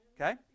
Okay